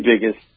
biggest